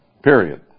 Period